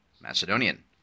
Macedonian